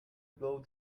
blow